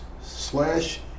slash